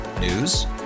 News